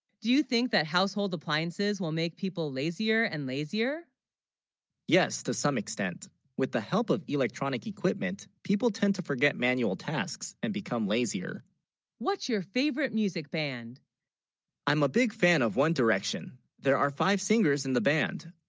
do you, think that household appliances will make people lazier and lazier yes to some extent with the help of electronic equipment people tend to forget manual tasks and become lazier what's your favorite music band i'm a big fan of one direction there are five singers in the band